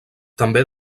també